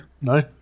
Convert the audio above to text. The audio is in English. No